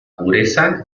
pureza